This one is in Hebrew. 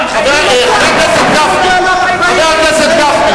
חבר הכנסת הורוביץ,